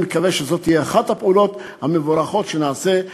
אני מקווה שזו תהיה אחת הפעולות המבורכות שנעשה.